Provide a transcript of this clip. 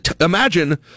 Imagine